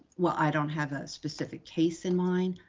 well, i don't have a specific case in mind,